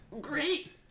Great